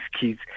kids